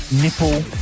nipple